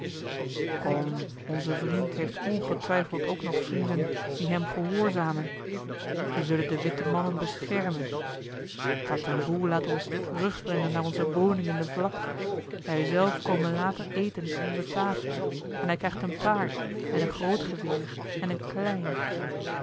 kom onze vriend heeft ongetwijfeld ook nog vrienden die hem gehoorzamen zij zullen de witte mannen beschermen tatamboe eli heimans willem roda laat ons terugbrengen naar onze woning in de vlakte hij zelf kome later eten aan onze tafel en hij krijgt een paard en een groot geweer en een klein